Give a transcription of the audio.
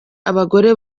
abagore